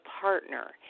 partner